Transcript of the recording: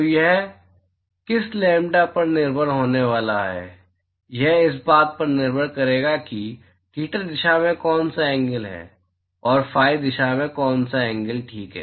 तो यह किस लैम्ब्डा पर निर्भर होने वाला है यह इस बात पर निर्भर करेगा कि थीटा दिशा में कौन सा एंगल है और फी दिशा में कौन सा एंगक ठीक है